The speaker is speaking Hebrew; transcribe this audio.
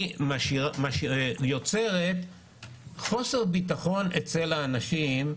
היא יוצרת חוסר ביטחון אצל האנשים,